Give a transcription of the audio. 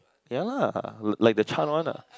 ya lah like the charred one lah